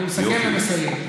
אני מסכם ומסיים.